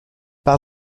par